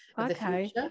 okay